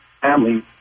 family